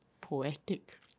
poetic